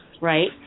right